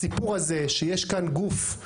הסיפור הזה שיש כאן גוף,